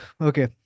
Okay